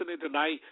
tonight